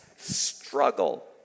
struggle